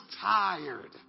tired